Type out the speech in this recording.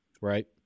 Right